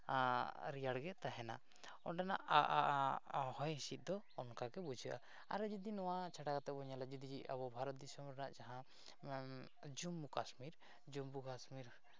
ᱨᱮᱭᱟᱲ ᱜᱮ ᱛᱟᱦᱮᱱᱟ ᱚᱸᱰᱮᱱᱟᱜ ᱦᱚᱭ ᱦᱤᱥᱤᱫ ᱫᱚ ᱚᱱᱠᱟᱜᱮ ᱵᱩᱡᱷᱟᱹᱜᱼᱟ ᱟᱨ ᱡᱩᱫᱤ ᱱᱚᱣᱟ ᱪᱷᱟᱰᱟ ᱠᱟᱛᱮᱫ ᱵᱚᱱ ᱧᱮᱞᱟ ᱡᱩᱫᱤ ᱟᱵᱚ ᱵᱷᱟᱨᱚᱛ ᱫᱤᱥᱚᱢ ᱨᱮᱱᱟᱜ ᱡᱟᱦᱟᱸ ᱡᱩᱢᱢᱩ ᱠᱟᱥᱢᱤᱨ ᱡᱩᱢᱢᱩ ᱠᱟᱥᱢᱤᱨ